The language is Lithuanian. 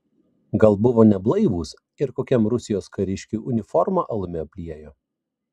gal buvo neblaivūs ir kokiam rusijos kariškiui uniformą alumi apliejo